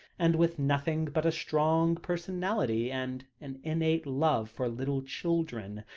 and with nothing but a strong personality, and an innate love for little children,